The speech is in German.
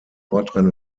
nordrhein